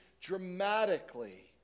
dramatically